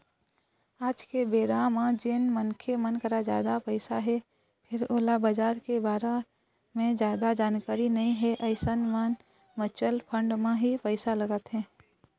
आज के बेरा म जेन मनखे मन करा जादा पइसा हे फेर ओला बजार के बारे म जादा जानकारी नइ हे अइसन मन म्युचुअल फंड म ही पइसा लगाथे